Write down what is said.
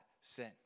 sin